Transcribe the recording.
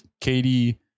katie